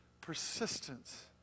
persistence